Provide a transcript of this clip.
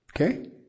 Okay